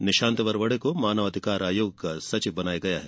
निशांत वरवड़े को मानव अधिकार आयोग का सचिव बनाया गया है